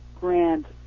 grand